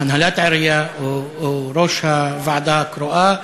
הנהלת העירייה או ראש הוועדה הקרואה.